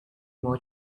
more